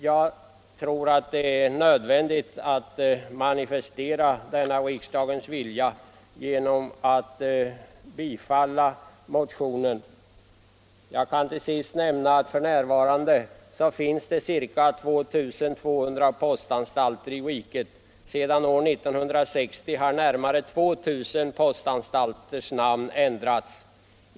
Jag tror det är nödvändigt att manifestera denna riksdagens vilja genom Jag kan till sist nämna att det f. n. finns ca 2 200 postanstalter i riket. Sedan år 1960 har närmare 2 000 postanstalters namn ändrats.